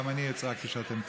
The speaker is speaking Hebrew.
גם אני אצעק כשאתם תרצו.